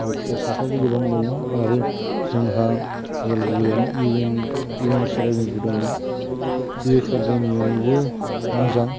फरायसाफ्राबो गोबां दङ आरो जोंहा उदालगुरियावनो इउ एन एखाडेमिबो दङ बे एखादेमियावबो मोजां